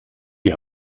die